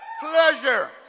pleasure